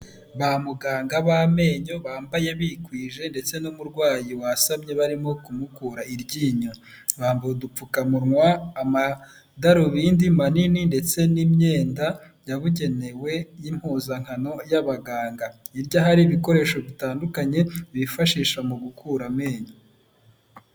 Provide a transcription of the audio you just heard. Ba muganga b'amenyo bambaye bikwije, ndetse n'umurwayi wasamye, barimo kumukura iryinyo. Bambaye udupfukamunwa, amadarubindi manini, ndetse n'imyenda yabugenewe, y'impuzankano y'abaganga. Hirya hari ibikoresho bitandukanye, bifashisha mu gukura amenyo.